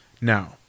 Now